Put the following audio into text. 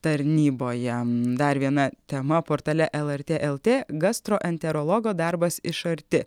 tarnyboje dar viena tema portale lrt lt gastroenterologo darbas iš arti